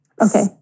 Okay